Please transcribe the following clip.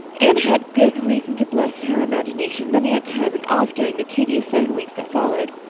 anne had good reason to bless her imagination many a time and oft during the tedious seven weeks that followed.